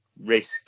risk